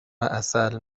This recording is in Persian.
عسل